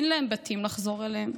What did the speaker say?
אין להם בתים לחזור אליהם,